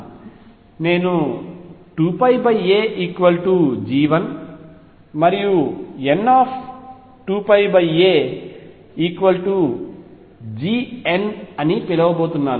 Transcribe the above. నేను 2πaG1 మరియు n2πa Gn అని పిలవబోతున్నాను